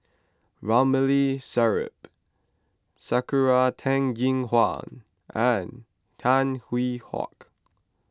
Ramli Sarip Sakura Teng Ying Hua and Tan Hwee Hock